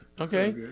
Okay